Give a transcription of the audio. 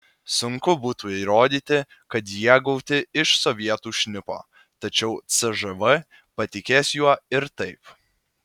sunku būtų įrodyti kad jie gauti iš sovietų šnipo tačiau cžv patikės juo ir taip